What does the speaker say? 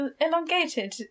elongated